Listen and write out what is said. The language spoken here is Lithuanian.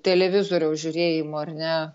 televizoriaus žiūrėjimu ar ne